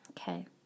Okay